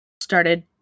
started